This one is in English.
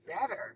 better